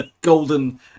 Golden